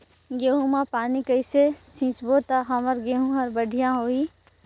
गहूं म पानी कइसे सिंचबो ता हमर गहूं हर बढ़िया होही?